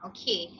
Okay